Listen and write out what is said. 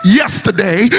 yesterday